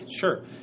sure